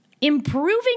improving